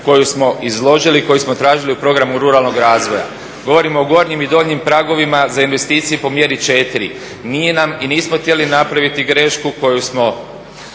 koju smo izložili, koju smo tražili u programu ruralnog razvoja. Govorimo o gornjim i donjim pragovima za investicije po mjeri četiri. Nije nam i nismo htjeli napraviti grešku koju smo